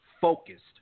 focused